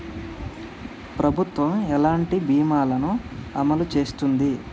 ప్రభుత్వం ఎలాంటి బీమా ల ను అమలు చేస్తుంది?